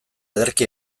ederki